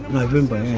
november,